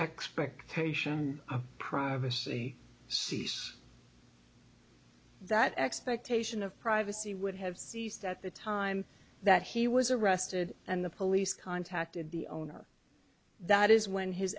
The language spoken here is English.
expectation of privacy cease that expectation of privacy would have ceased at the time that he was arrested and the police contacted the owner that is when his